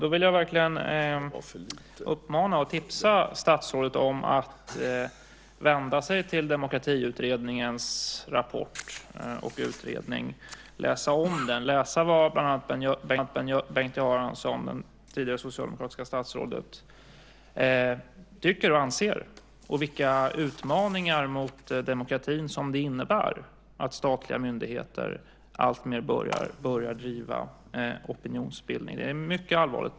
Jag vill verkligen uppmana och tipsa statsrådet om att vända sig till Demokratiutredningens rapport och utredning och läsa om den och läsa vad bland annat Bengt Göransson, det tidigare socialdemokratiska statsrådet, tycker och anser och vilka utmaningar mot demokratin som det innebär att statliga myndigheter alltmer börjar driva opinionsbildning. Det är mycket allvarligt.